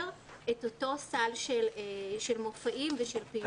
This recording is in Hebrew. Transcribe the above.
את אותו סל של מופעים ושל פעילות.